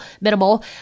minimal